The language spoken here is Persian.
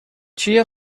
چیه